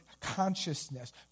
consciousness